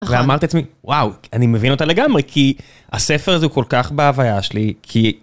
ואמרתי לעצמי, וואו, אני מבין אותה לגמרי, כי הספר הזה הוא כל כך בהוויה שלי, כי...